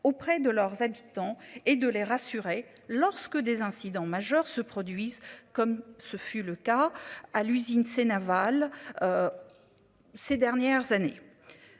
auprès de leurs habitants et de les rassurer. Lorsque des incidents majeurs se produisent comme ce fut le cas à l'usine Seine Aval. Ces dernières années.